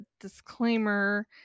disclaimer